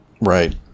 Right